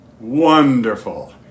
Wonderful